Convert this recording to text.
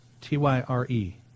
T-Y-R-E